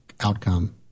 Outcome